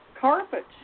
carpet